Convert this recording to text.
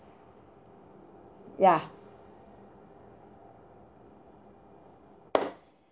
ya